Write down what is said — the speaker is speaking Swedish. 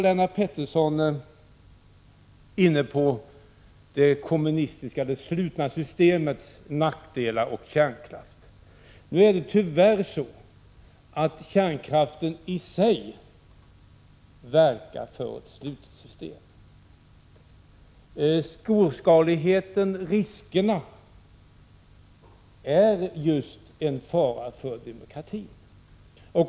Lennart Pettersson var även inne på det slutna kommunistiska systemets nackdelar när det gäller kärnkraft. Tyvärr verkar kärnkraften i sig för ett slutet system. Storskaligheten och riskerna är just en fara för demokratin.